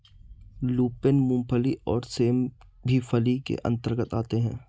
lupin, मूंगफली और सेम भी फली के अंतर्गत आते हैं